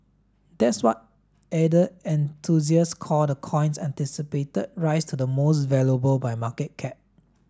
that's what ether enthusiasts call the coin's anticipated rise to the most valuable by market cap